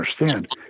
understand